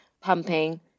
pumping